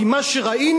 כי מה שראינו,